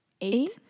Eight